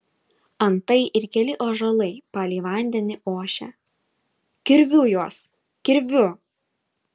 antai ir keli ąžuolai palei vandenį ošia kirviu juos kirviu